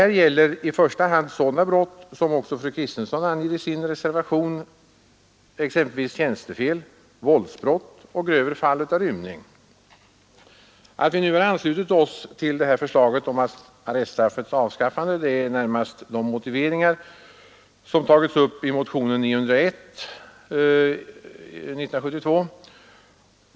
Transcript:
Detta gäller i första hand sådana brott som också fru Kristensson anger i sin reservation, exempelvis tjänstefel, våldsbrott och grövre fall av rymning. Att vi nu har anslutit oss till det här förslaget om arreststraffets avskaffande beror närmast på de motiveringar som tagits upp i motionen 901.